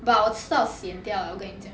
but 我吃到 sian 掉了我跟你讲